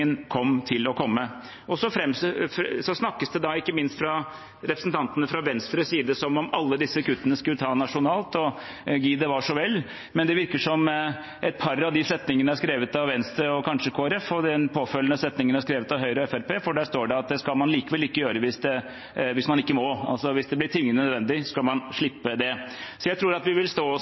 tilpasningen kom til å komme. Så snakkes det, ikke minst fra representantene fra Venstres side, som om alle disse kuttene skulle tas nasjonalt. Gid det var så vel. Det virker som et par av de setningene er skrevet av Venstre og kanskje Kristelig Folkeparti, og den påfølgende setningen er skrevet av Høyre og Fremskrittspartiet, for der står det at det skal man likevel ikke gjøre hvis man ikke må. Altså: Hvis det blir tvingende nødvendig, skal man slippe det. Jeg tror vi vil stå oss